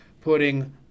putting